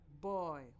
boy